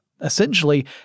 Essentially